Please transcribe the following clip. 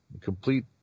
complete